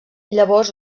llavors